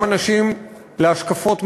גם להשקפות מנוגדות,